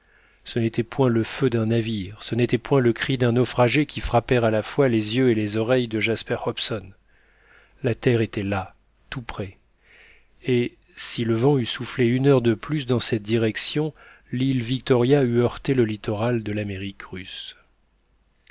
ce n'était point le feu d'un navire ce n'était point le cri d'un naufragé qui frappèrent à la fois les yeux et les oreilles de jasper hobson la terre était là tout près et si le vent eût soufflé une heure de plus dans cette direction l'île victoria eût heurté le littoral de l'amérique russe